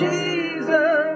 Jesus